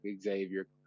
Xavier